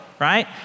right